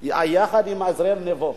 יחד עם עזריאל נבו,